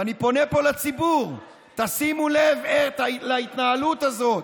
אני פונה פה לציבור: שימו לב להתנהלות הזאת,